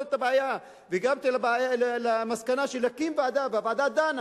את הבעיה והגעתם למסקנה להקים ועדה והוועדה דנה,